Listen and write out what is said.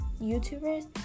YouTubers